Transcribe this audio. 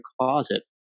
closet